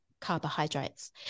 carbohydrates